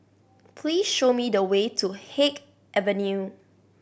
please show me the way to Haig Avenue